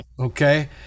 okay